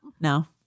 No